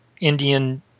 Indian